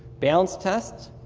balance tests.